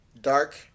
Dark